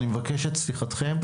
אני מבקש את סליחתכם,